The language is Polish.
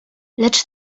lecz